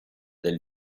del